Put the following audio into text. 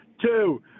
Two